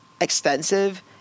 extensive